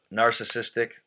narcissistic